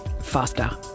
faster